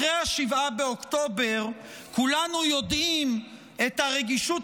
אחרי 7 באוקטובר כולנו יודעים על הרגישות